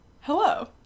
Hello